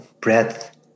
breath